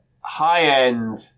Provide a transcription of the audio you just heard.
high-end